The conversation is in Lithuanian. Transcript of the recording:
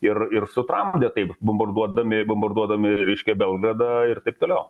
ir ir sutramdė taip bombarduodami bombarduodami reiškia belgradą ir taip toliau